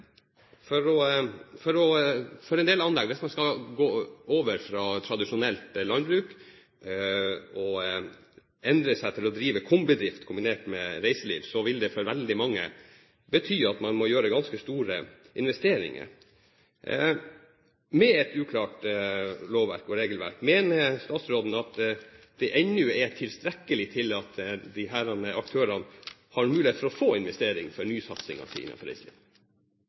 for å bruke allmenningsretten. Hvis man skal gå over fra tradisjonelt landbruk og til drift kombinert med reiseliv, vil det for veldig mange bety at man må gjøre ganske store investeringer. Mener statsråden at et uklart lovverk og et uklart regelverk fortsatt er tilstrekkelig til at disse aktørene har mulighet til å investere i en ny satsing innenfor reiseliv?